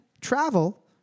travel